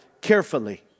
carefully